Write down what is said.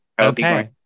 Okay